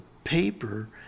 Paper